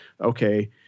okay